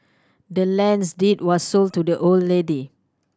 the land's deed was sold to the old lady